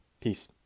Peace